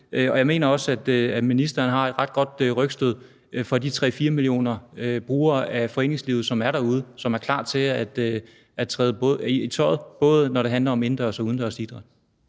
og jeg mener også, at ministeren har et ret godt rygstød fra de 3-4 millioner brugere af foreningslivet, som er derude, og som er klar til at trække i tøjet, både når det handler om indendørs og udendørs idræt.